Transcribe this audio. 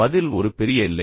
பதில் ஒரு பெரிய இல்லை